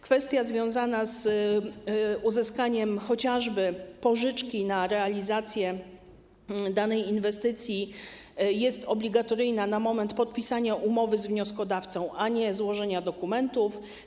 Kwestia związana z uzyskaniem chociażby pożyczki na realizację danej inwestycji jest obligatoryjna na moment podpisania umowy z wnioskodawcą, a nie złożenia dokumentów.